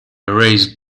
erase